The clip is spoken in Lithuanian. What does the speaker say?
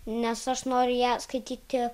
nes aš noriu ją skaityti